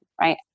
right